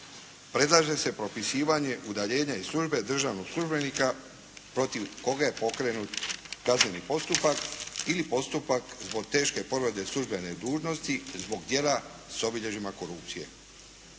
predlaže se propisivanje udaljenja iz službe državnog službenika protiv koga je pokrenut kazneni postupak ili postupak zbog teške povrede službene dužnosti zbog djela s obilježjima korupcije.